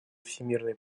всемирной